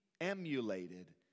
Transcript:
emulated